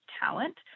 talent